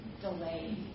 delay